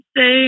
say